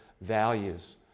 values